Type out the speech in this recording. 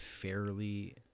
fairly